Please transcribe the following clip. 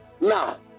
Now